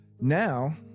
now